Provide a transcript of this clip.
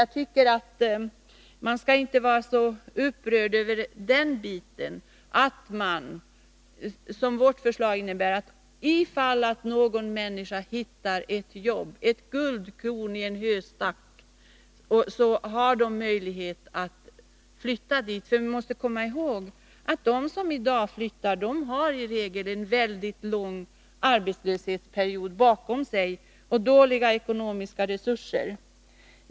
Jag tycker att man inte skall vara så upprörd över den bit i vårt förslag som innebär att ifall någon hittar ett jobb — ett guldkorn i en höstack — skall vederbörande ha möjlighet att flytta. Vi måste komma ihåg att de som i dag flyttar i regel har en mycket lång arbetslöshetsperiod bakom sig och dåliga ekonomiska resurser.